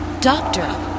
Doctor